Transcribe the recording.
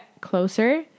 closer